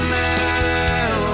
now